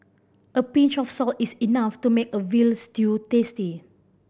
a pinch of salt is enough to make a veal stew tasty